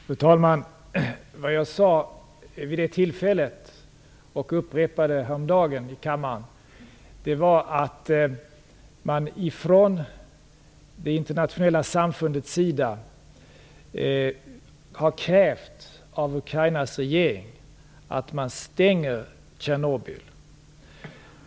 Fru talman! Vad jag sade vid det tillfället och upprepade häromdagen här i kammaren var att man från det internationella samfundets sida har krävt av Ukrainas regering att man stänger Tjernobyl.